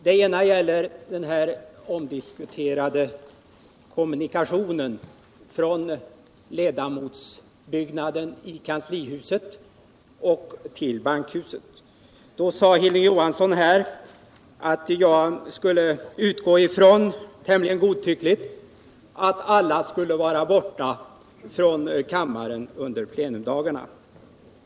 Den cna gäller den omdiskuterade kommunikationen mellan ledamotsrummen i kanslihuset och plenisalen i bankhuset. Hilding Johansson sade här att jag tämligen godtyckligt utgår ifrån att alla ledamöter skulle vara borta från kammaren under plenidagarna.